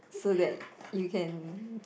so that you can